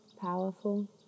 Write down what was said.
powerful